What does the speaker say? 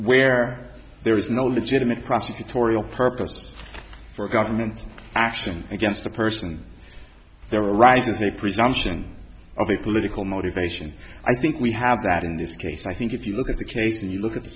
where there is no legitimate prosecutorial purpose for government action against a person there arises a presumption of a political motivation i think we have that in this case i think if you look at the case and you look at the